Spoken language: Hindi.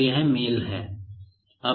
तो यह मेल है